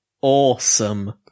awesome